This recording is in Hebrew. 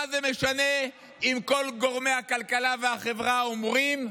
מה זה משנה אם כל גורמי הכלכלה והחברה אומרים: